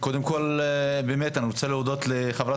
קודם כל באמת אני רוצה להודות לחברת